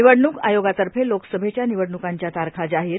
निवडणूक आयोगातर्फे लोकसभेच्या निवडणुकांच्या तारखा जाहीर